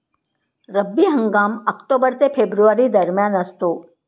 रब्बी हंगाम ऑक्टोबर ते फेब्रुवारी दरम्यान असतो